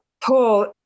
Paul